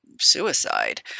suicide